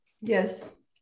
Yes